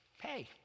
Hey